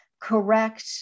correct